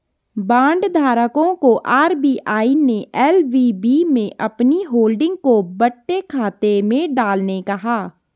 bond धारकों को RBI ने एल.वी.बी में अपनी होल्डिंग को बट्टे खाते में डालने कहा